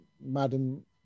Madam